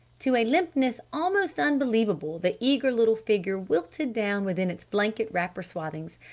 to a limpness almost unbelievable the eager little figure wilted down within its blanket-wrapper swathings.